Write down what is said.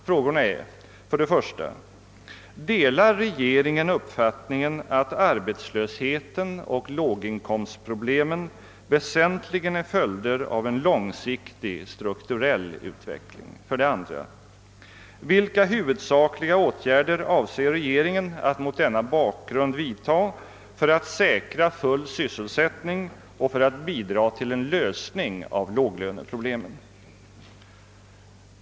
Frågorna är: 1) Delar regeringen uppfattningen att arbetslösheten och låginkomstproblemen väsentligen är följder av en långsiktig, strukturell utveckling? 2) Vilka huvudsakliga åtgärder avser regeringen att mot denna bakgrund vidta för att säkra full sysselsättning och för att bidra till en lösning av låglöneproblemen?